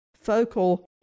focal